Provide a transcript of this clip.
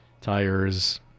tires